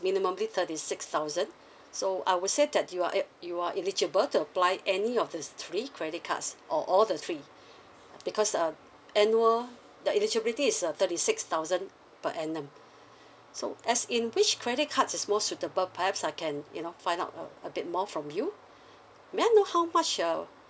minimally thirty six thousand so I would say that you are el~ you are eligible to apply any of those three credit cards or all the three because um annual the eligibility is err thirty six thousand per annum so as in which credit cards is more suitable perhaps I can you know find out uh a bit more from you may I know how much uh